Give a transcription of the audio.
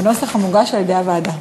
בנוסח המוגש על-ידי הוועדה.